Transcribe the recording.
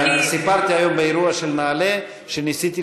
סיפרתי היום באירוע של נעל"ה שניסיתי